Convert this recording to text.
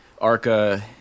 ARCA